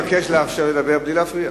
אני מבקש לאפשר לדבר בלי להפריע.